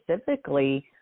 specifically